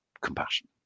compassion